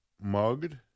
mugged